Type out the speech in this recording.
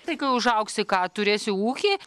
tai kai užaugsi ką turėsi ūkį